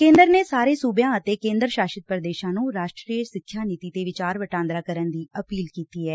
ਕੇਦਰ ਨੇ ਸਾਰੇ ਸੁਬਿਆ ਅਤੇ ਕੇਦਰ ਸਾਸ਼ਤ ਪ੍ਰਦੇਸ਼ਾ ਨੂੰ ਰਾਸ਼ਟਰੀ ਸਿੱਖਿਆ ਨੀਡੀ ਤੇ ਵਿਚਾਰ ਵਟਾਂਦਰਾ ਕਰਨ ਦੀ ਅਪੀਲ ਕੀਤੀ ਐ